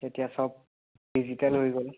এতিয়া চব ডিজিটেল হৈ গ'ল